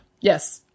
Yes